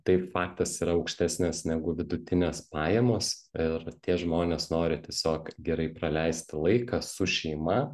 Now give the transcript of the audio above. taip faktas yra aukštesnės negu vidutinės pajamos ir tie žmonės nori tiesiog gerai praleisti laiką su šeima